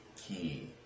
key